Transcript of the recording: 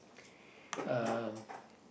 um